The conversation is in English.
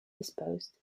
disposed